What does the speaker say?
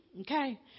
okay